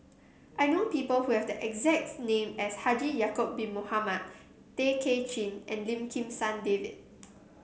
i know people who have the exact name as Haji Ya'acob Bin Mohamed Tay Kay Chin and Lim Kim San David